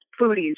foodies